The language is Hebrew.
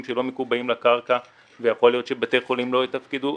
שלא מקובעים לקרקע ויכול להיות שבתי חולים לא יתפקדו.